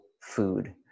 food